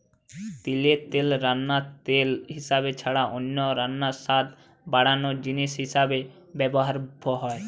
তিলের তেল রান্নার তেল হিসাবে ছাড়া অনেক রান্নায় স্বাদ বাড়ানার জিনিস হিসাবে ব্যভার হয়